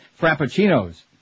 Frappuccino's